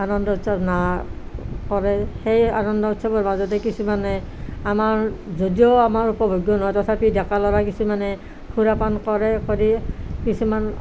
আনন্দ উৎসৱ না কৰে সেই আনন্দ উৎসৱৰ মাজতে কিছুমানে আমাৰ যদিও আমাৰ সৌভাগ্য নহয় তথাপি ডেকা ল'ৰা কিছুমানে সুৰাপান কৰে কৰি কিছুমান